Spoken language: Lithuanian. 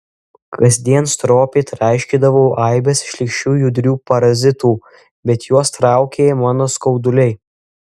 kasdien stropiai traiškydavau aibes šlykščių judrių parazitų bet juos traukė mano skauduliai